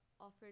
offered